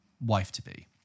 wife-to-be